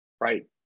Right